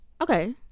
okay